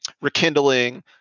rekindling